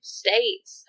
states